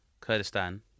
Kurdistan